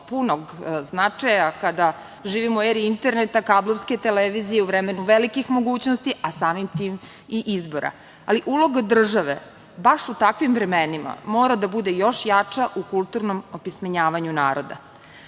punog značaja kada živimo u eri interneta, kablovske televizije, u vremenu velikih mogućnosti, a samim tim mi izbora, ali uloga države baš u takvim vremenima mora da bude još jača u kulturnom opismenjavanju naroda. Zdravu